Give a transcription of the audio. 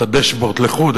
את ה"דשבורד" לחוד,